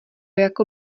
jako